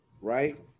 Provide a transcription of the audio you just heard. right